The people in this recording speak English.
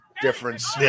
difference